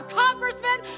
congressman